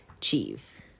chief